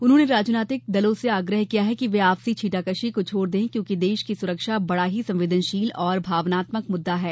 उन्होंने राजनीतिक दलों से आग्रह किया कि वे आपसी छींटाकशी को छोड़ दें क्योंकि देश की सुरक्षा बड़ा ही संवेदनशील और भावनात्मक मुद्दा है